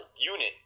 unit